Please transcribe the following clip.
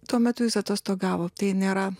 tuo metu jis atostogavo tai nėra